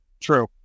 True